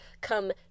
come